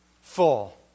full